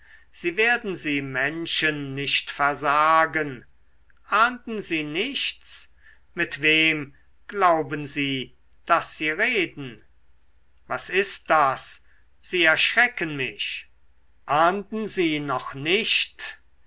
sie werden sie menschen nicht versagen ahnden sie nichts mit wem glauben sie daß sie reden was ist das sie erschrecken mich ahnden sie noch nicht